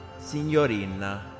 signorina